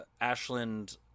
Ashland